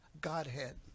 Godhead